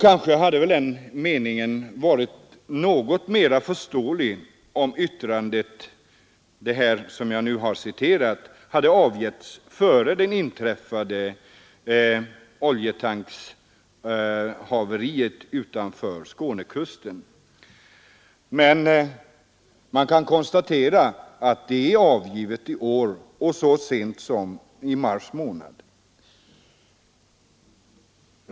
Kanske hade den meningen varit något mer förståelig, om yttrandet avgivits före det inträffade haveriet med oljetankern utanför Skånekusten. Det är dock avgivet i år och så sent som i mars månad.